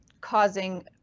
causing